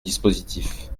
dispositif